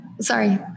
Sorry